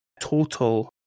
Total